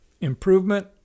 improvement